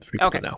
Okay